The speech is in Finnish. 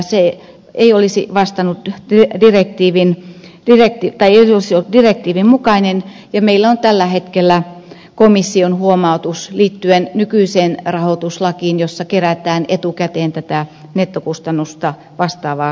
se ei olisi vastannut tehtyä työtä tiiviin yllätti ollut direktiivin mukainen ja meillä on tällä hetkellä komission huomautus liittyen nykyiseen rahoituslakiin jossa kerätään etukäteen tätä nettokustannusta vastaavaa summaa